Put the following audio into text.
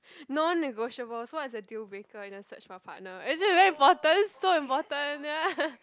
non negotiable so what's a dealbreaker in a search for a partner actually is very important so important ya